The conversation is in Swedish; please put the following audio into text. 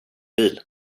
bil